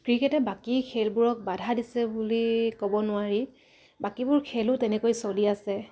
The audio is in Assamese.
ক্ৰিকেটে বাকী খেলবোৰক বাধা দিছে বুলি ক'ব নোৱাৰি বাকীবোৰ খেলো তেনেকৈ চলি আছে